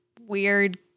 weird